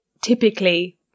typically